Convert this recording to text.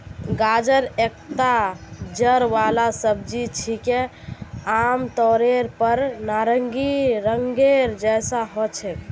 गाजर एकता जड़ वाला सब्जी छिके, आमतौरेर पर नारंगी रंगेर जैसा ह छेक